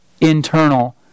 internal